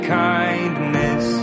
kindness